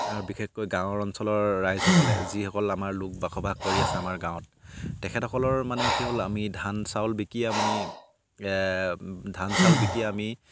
আৰু বিশেষকৈ গাঁৱৰ অঞ্চলৰ ৰাইজসকলে যিসকল আমাৰ লোক বাসবাস কৰি আছে আমাৰ গাঁৱত তেখেতসকলৰ মানে কি হ'ল আমি ধান চাউল বিকি আমি ধান চাউল বিকি আমি